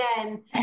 again